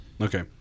Okay